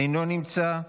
אינו נמצא,